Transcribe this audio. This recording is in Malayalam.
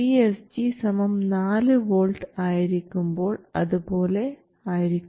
VSG 4 V ആയിരിക്കുമ്പോൾ അതുപോലെ ആയിരിക്കുന്നു